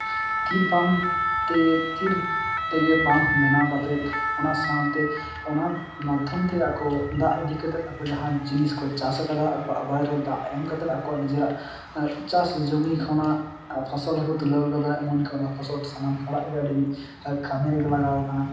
tube pump ᱛᱤᱨ ᱛᱮᱜᱮ pump ᱵᱮᱱᱟᱣ ᱠᱟᱛᱮ ᱚᱱᱟ ᱥᱟᱶᱛᱮ ᱚᱱᱟ ᱢᱟᱫᱽᱫᱷᱚᱢᱛᱮ ᱟᱠᱚ ᱫᱟᱜ ᱤᱫᱤ ᱠᱟᱛᱮ ᱟᱠᱚ ᱡᱟᱦᱟᱸ ᱡᱤᱱᱤᱥ ᱠᱚ ᱪᱟᱥ ᱠᱟᱫᱟ ᱟᱠᱚᱣᱟᱜ ᱟᱵᱟᱨ ᱫᱟᱜ ᱮᱢ ᱠᱟᱛᱮ ᱟᱠᱚᱣᱟᱜ ᱱᱤᱡᱮᱨᱟᱜ ᱪᱟᱥ ᱡᱩᱢᱤ ᱠᱷᱚᱱᱟᱜ ᱯᱷᱚᱥᱚᱞ ᱦᱚᱸᱠᱚ ᱛᱩᱞᱟᱹᱣ ᱠᱟᱫᱟ ᱮᱢᱚᱱ ᱠᱤ ᱚᱱᱟ ᱯᱷᱚᱥᱚᱞ ᱥᱟᱱᱟᱢ ᱦᱚᱲᱟᱜ ᱜᱮ ᱟᱹᱰᱤ ᱠᱟᱹᱢᱤ ᱨᱮᱜᱮ ᱞᱟᱜᱟᱣ ᱠᱟᱱᱟ